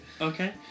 Okay